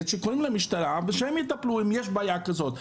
שקוראים לה משטרה ושהם יטפלו אם יש להם בעיה כזאת.